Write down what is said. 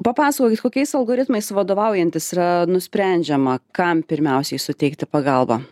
papasakokit kokiais algoritmais vadovaujantis yra nusprendžiama kam pirmiausiai suteikti pagalbą